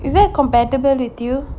is that compatible with you